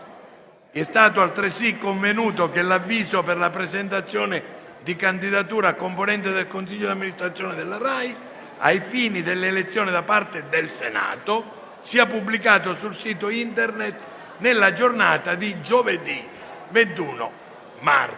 È stato convenuto che l'avviso per la presentazione di candidatura a componente del consiglio di amministrazione della Rai, ai fini dell'elezione da parte del Senato, sia pubblicato sul sito Internet istituzionale nella giornata di giovedì 21 marzo.